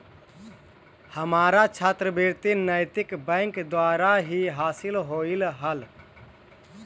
हमारा छात्रवृति नैतिक बैंक द्वारा ही हासिल होलई हल